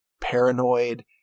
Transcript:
paranoid